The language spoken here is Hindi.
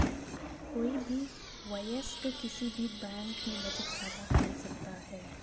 कोई भी वयस्क किसी भी बैंक में बचत खाता खोल सकता हैं